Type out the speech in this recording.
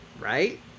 Right